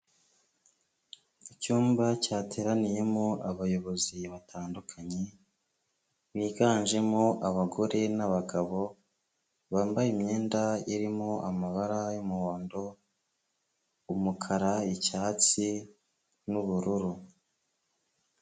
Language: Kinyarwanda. Icyumba cyateraniyemo abayobozi batandukanye, biganjemo abagore n'abagabo, bambaye imyenda irimo amabara y'umuhondo, umukara, icyatsi n'ubururu.